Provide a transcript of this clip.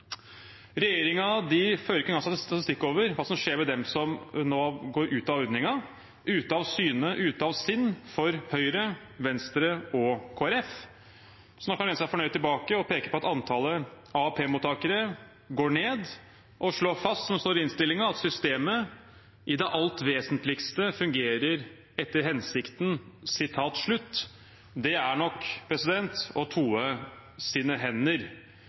fører ikke engang statistikk over hva som skjer med dem som nå går ut av ordningen – ute av syne, ute av sinn for Høyre, Venstre og Kristelig Folkeparti, som nå kan lene seg fornøyd tilbake og peke på at antallet AAP-mottakere går ned, og slå fast, som det står i innstillingen, at systemet «i det alt vesentlige fungerer etter hensikten». Det er nok å toe sine hender.